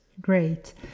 great